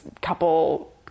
couple